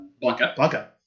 Blanca